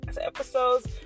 episodes